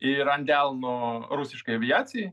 ir ant delno rusiškai aviacijai